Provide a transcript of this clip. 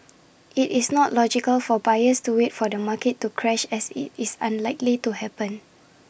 IT is not logical for buyers to wait for the market to crash as IT is unlikely to happen